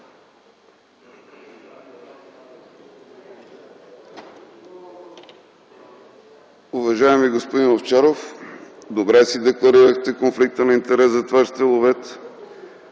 Уважаеми господин Овчаров, добре си декларирахте конфликта на интерес за това, че сте